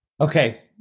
Okay